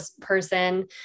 person